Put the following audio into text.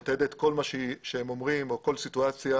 שמתעדת כל מה שהם אומרים או כל סיטואציה,